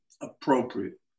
appropriate